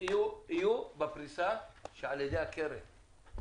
הם יהיו בפריסה שעל ידי הקרן.